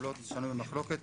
הוא לא שנוי במחלוקת